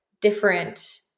different